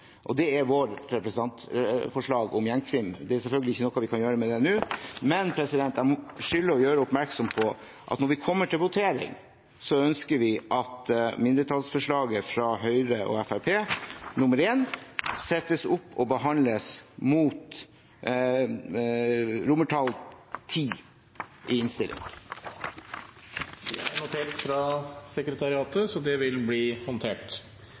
Det gjelder vårt representantforslag om gjengkriminalitet. Det er selvfølgelig ikke noe vi kan gjøre med det nå, men jeg skylder å gjøre oppmerksom på at når vi kommer til votering, ønsker vi at mindretallsforslaget fra Høyre og Fremskrittspartiet, nr. 1, settes opp mot X i innstillingen. Det er notert av sekretariatet, så det vil bli håndtert.